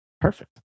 Perfect